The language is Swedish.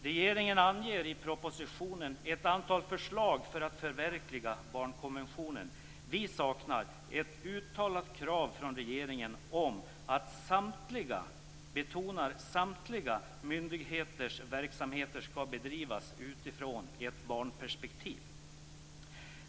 Regeringen anger i propositionen ett antal förslag för att förverkliga barnkonventionen. Vi saknar ett uttalat krav från regeringen på att samtliga myndigheters verksamheter skall bedrivas utifrån ett barnperspektiv.